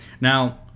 now